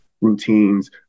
routines